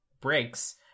breaks